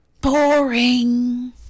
BORING